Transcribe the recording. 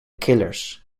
killers